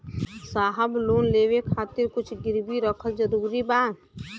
साहब लोन लेवे खातिर कुछ गिरवी रखल जरूरी बा?